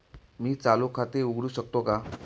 मी चालू खाते उघडू शकतो का?